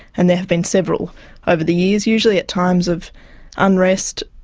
and there have been several over the years, usually at times of unrest,